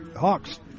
Hawks